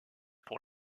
pour